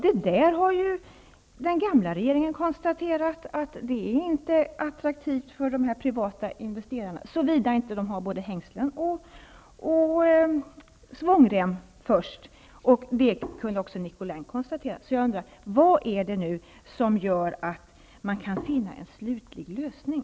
Den gamla regeringen har konstaterat att detta projekt inte är attraktivt för de privata investerarna, såvida de inte har både hängslen och svångrem. Det kunde också Nicolin konstatera. Jag undrar vad det är som nu gör att man kan finna en slutlig lösning.